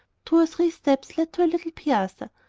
two or three steps led to a little piazza.